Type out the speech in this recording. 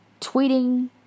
tweeting